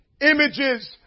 Images